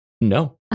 no